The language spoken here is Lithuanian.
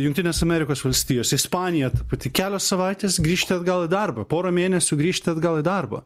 jungtinės amerikos valstijos ispanija ta pati kelios savaitės grįžta atgal į darbą porą mėnesių grįžta atgal į darbą